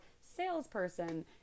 salesperson